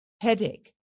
Headache